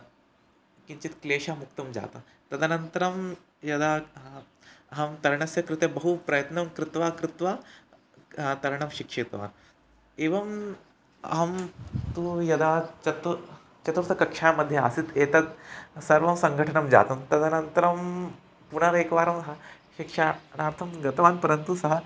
किञ्चित् क्लेशमुक्तं जातः तदनन्तरं यदा अहं तरणस्य कृते बहु प्रयत्नं कृत्वा कृत्वा तरणं शिक्षितवान् एवम् अहं तु यदा चतु चतुर्थकक्षा मध्ये आसीत् एतत् सर्वं सङ्घटनं जातं तदनन्तरं पुनरेकवारं शिक्षणार्थं गतवान् परन्तु सः